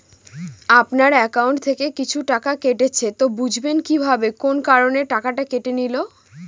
আপনার একাউন্ট থেকে কিছু টাকা কেটেছে তো বুঝবেন কিভাবে কোন কারণে টাকাটা কেটে নিল?